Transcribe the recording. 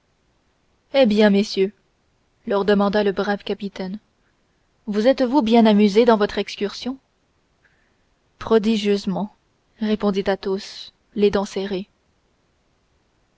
eh bien messieurs leur demanda le brave capitaine vous êtesvous bien amusés dans votre excursion prodigieusement répondit athos les dents serrées